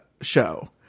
show